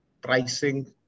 pricing